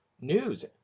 news